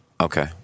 Okay